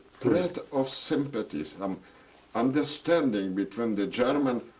thread of sympathy. some understanding between the german